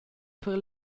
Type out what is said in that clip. per